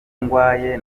ndwaye